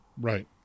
Right